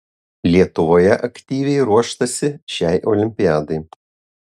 lietuvoje aktyviai ruoštasi šiai olimpiadai